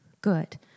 good